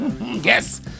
Yes